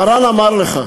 מרן אמר לך: